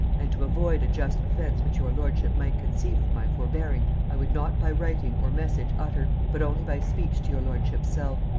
and to avoid a just offence which your lordship might conceive of my forbearing, i would not by writing or message utter, but only by speech to your lordship's self.